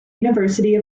university